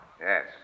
Yes